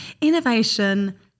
innovation